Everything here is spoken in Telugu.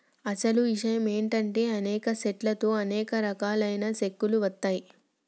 అసలు ఇషయం ఏంటంటే అనేక సెట్ల తో అనేక రకాలైన సెక్కలు వస్తాయి